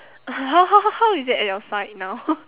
how how how how is it at your side now